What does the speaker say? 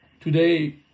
Today